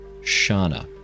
Shana